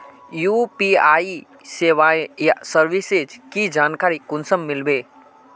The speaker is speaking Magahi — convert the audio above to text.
यु.पी.आई सेवाएँ या सर्विसेज की जानकारी कुंसम मिलबे?